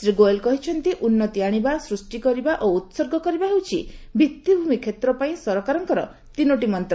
ଶ୍ରୀ ଗୋଏଲ କହିଛନ୍ତି ଉନ୍ନତି ଆଣିବା ସୃଷ୍ଟି କରିବା ଓ ଉସର୍ଗ କରିବା ହେଉଛି ଭିଭିଭ୍ରମି କ୍ଷେତ୍ର ପାଇଁ ସରକାରଙ୍କ ତିନୋଟି ମନ୍ତ୍ର